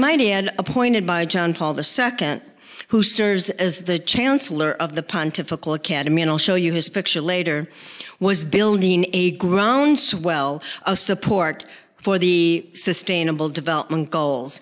might add appointed by john paul the second who serves as the chancellor of the pontifical academy and i'll show you his picture later was building a groundswell of support for the sustainable development goals